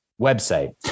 website